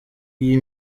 iyi